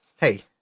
hey